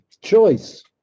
choice